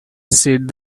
said